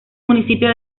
municipio